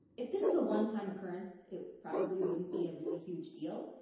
if this is a one-time occurrence, it probably wouldn't be a really huge deal,